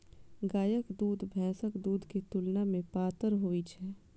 गायक दूध भैंसक दूध के तुलना मे पातर होइ छै